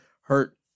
hurt